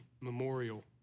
memorial